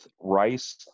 rice